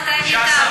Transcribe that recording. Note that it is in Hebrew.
שקל.